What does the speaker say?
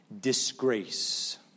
disgrace